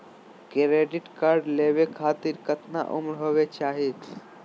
Credit card लेवे खातीर कतना उम्र होवे चाही?